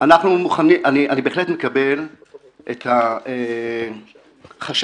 אני בהחלט מקבל את החשש